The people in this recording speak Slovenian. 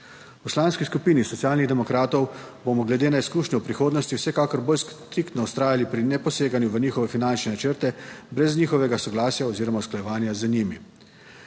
V Poslanski skupini Socialnih demokratov bomo glede na izkušnje v prihodnosti vsekakor bolj striktno vztrajali pri ne-poseganju v njihove finančne načrte brez njihovega soglasja oziroma usklajevanja z njimi.